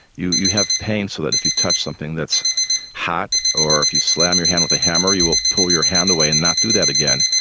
you you have pain so that if you touch something that's hot, or if you slam your hand with a hammer you will pull your hand away and not do that again.